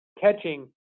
catching